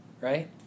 right